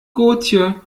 gotje